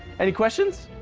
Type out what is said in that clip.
any questions?